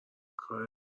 کار